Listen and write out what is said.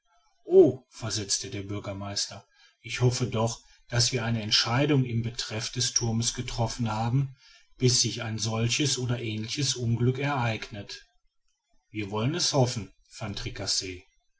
o versetzte der bürgermeister ich hoffe doch daß wir eine entscheidung in betreff des thurmes getroffen haben bis sich ein solches oder ähnliches unglück ereignet wir wollen es hoffen van